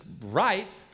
right